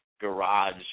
garage